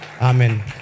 Amen